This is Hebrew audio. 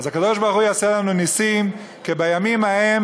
אז הקדוש-ברוך-הוא יעשה לנו נסים כבימים ההם,